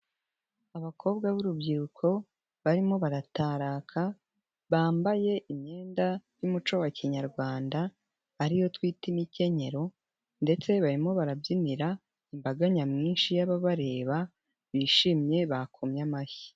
Abakobwa b'urubyiruko barimo barataraka, bambaye imyenda y'umuco wa kinyarwanda ariyo twita imikenyero ndetse barimo barabyinira imbaga nyamwinshi y'ababareba, bishimye bakomye amashyi.